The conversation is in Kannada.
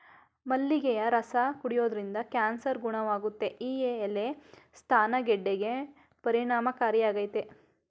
ಮಲ್ಲಿಗೆಯ ರಸ ಕುಡಿಯೋದ್ರಿಂದ ಕ್ಯಾನ್ಸರ್ ಗುಣವಾಗುತ್ತೆ ಈ ಎಲೆ ಸ್ತನ ಗೆಡ್ಡೆಗೆ ಪರಿಣಾಮಕಾರಿಯಾಗಯ್ತೆ